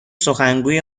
سخنگوی